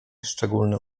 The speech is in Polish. szczególny